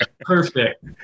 Perfect